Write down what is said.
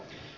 joo